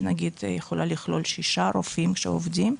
שנגיד יכולה לכלול שישה רופאים שעובדים,